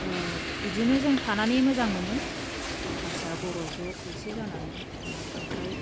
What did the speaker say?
बिदिनो जों थानानै मोजां मोनो हारसा बर' ज' खौसे जानानै ना खांख्राइ